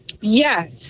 yes